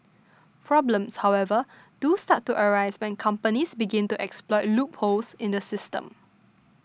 problems however do start to arise when companies begin to exploit loopholes in the system